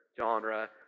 genre